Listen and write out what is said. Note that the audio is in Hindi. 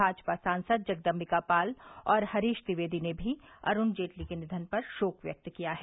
भाजपा सांसद जगदमिका पाल और हरीश द्विवेदी ने मी अरूण जेटली के निवन पर शोक व्यक्त किया है